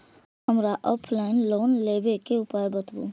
हमरा offline loan लेबे के उपाय बतबु?